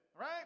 right